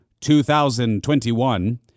2021